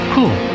Cool